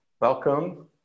welcome